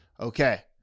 Okay